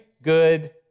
Good